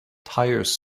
tires